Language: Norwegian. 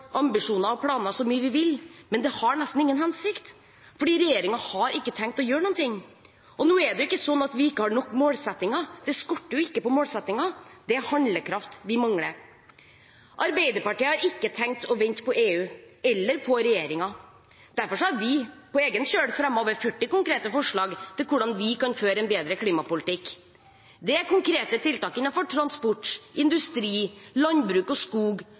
ambisjoner og planer så mye vi vil, men det har nesten ingen hensikt fordi regjeringen ikke har tenkt å gjøre noen ting. Det er ikke sånn at vi ikke har nok målsettinger – det skorter ikke på dem – det er handlekraft vi mangler. Arbeiderpartiet har ikke tenkt å vente på EU eller på regjeringen. Derfor har vi på egen kjøl fremmet over 40 konkrete forslag til hvordan vi kan føre en bedre klimapolitikk. Det er konkrete tiltak innenfor transport, industri, landbruk og skog,